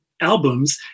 albums